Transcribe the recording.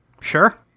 Sure